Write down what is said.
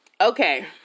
Okay